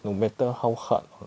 no matter how hard